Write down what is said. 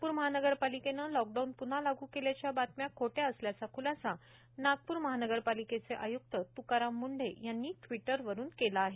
नागप्र महानगरपालिकेनं लॉकडाऊन प्न्हा लागू केल्याच्या बातम्या खोट्या असल्याचा खूलासा नागपूर महानगरपालिकेचे आयुक्त तुकाराम मुंढे यांनी ट्विटरवरून केला आहे